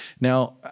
now